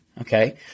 okay